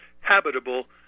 habitable